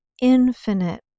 infinite